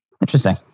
Interesting